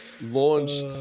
launched